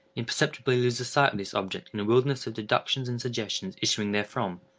imperceptibly loses sight of this object in a wilderness of deductions and suggestions issuing therefrom,